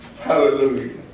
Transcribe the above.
Hallelujah